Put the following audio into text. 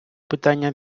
питання